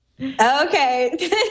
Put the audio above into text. Okay